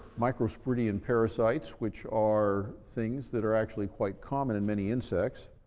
microsporidian parasites, which are things that are actually quite common in many insects,